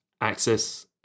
access